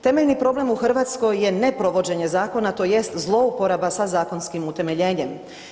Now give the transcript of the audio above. Temeljni problem u RH je neprovođenje zakona tj. zlouporaba sa zakonskim utemeljenjem.